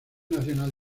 nacional